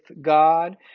God